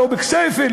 לא בכסייפה,